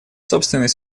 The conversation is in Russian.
собственной